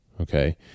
Okay